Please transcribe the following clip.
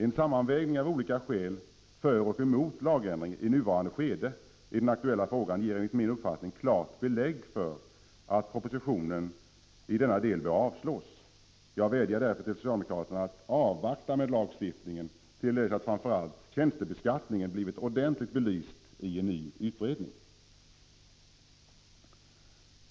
En sammanvägning av olika skäl för och emot lagändring i nuvarande skede i den aktuella frågan ger enligt min uppfattning klart belägg för att propositionen i denna del bör avslås. Jag vädjar därför till socialdemokraterna att avvakta med lagstiftningen till dess att framför allt tjänstebeskattningen har blivit ordentligt belyst i en ny utredning.